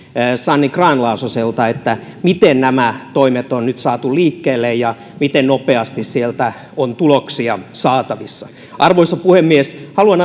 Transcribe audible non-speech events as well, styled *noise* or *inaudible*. sanni grahn laasoselta miten nämä toimet on nyt saatu liikkeelle ja miten nopeasti sieltä on tuloksia saatavissa arvoisa puhemies haluan *unintelligible*